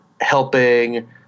Helping